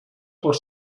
por